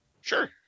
Sure